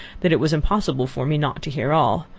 that it was impossible for me not to hear all.